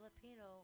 Filipino